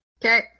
Okay